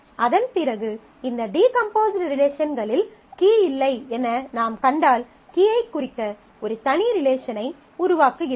அதன்பிறகு இந்த டீகம்போஸ்ட் ரிலேஷன்களில் கீ இல்லை என நாம் கண்டால் கீயை குறிக்க ஒரு தனி ரிலேஷனை உருவாக்குகிறோம்